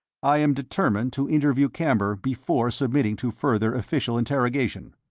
i am determined to interview camber before submitting to further official interrogation.